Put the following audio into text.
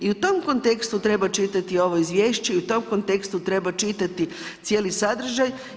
I u tom kontekstu treba čitati ovo Izvješće i u tom kontekstu treba čitati cijeli sadržaj.